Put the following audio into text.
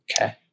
Okay